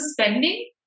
spending